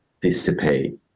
dissipate